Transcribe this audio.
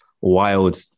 wild